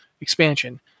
expansion